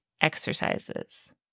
exercises